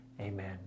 amen